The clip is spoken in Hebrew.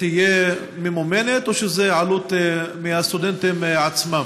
היא תהיה ממומנת או שהעלות על הסטודנטים עצמם?